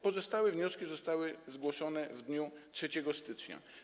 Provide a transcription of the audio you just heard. Pozostałe wnioski zostały zgłoszone w dniu 3 stycznia.